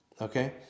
okay